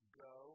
go